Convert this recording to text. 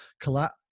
collapse